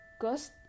ghost